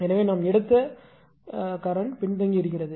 எனவே நாம் எடுத்த மின்னோட்டம்கரண்ட் பின்தங்கியிருக்கிறது